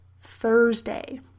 Thursday